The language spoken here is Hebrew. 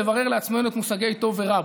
לברר לעצמנו את המושגים טוב ורע.